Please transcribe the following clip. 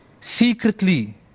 secretly